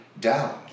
down